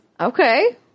Okay